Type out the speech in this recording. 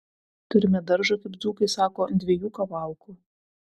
turime daržą kaip dzūkai sako ant dviejų kavalkų